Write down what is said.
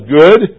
good